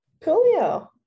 Coolio